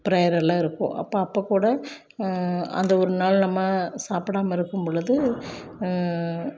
prayer எல்லாம் இருக்கும் அப்போ அப்போ கூட அந்த ஒரு நாள் நம்ம சாப்பிடாம இருக்கும் பொழுது